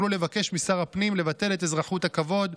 יוכלו לבקש משר הפנים לבטל את אזרחות הכבוד,